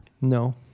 No